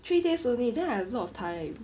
three days only then I have a lot of time